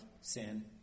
sin